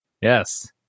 Yes